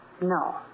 No